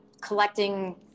collecting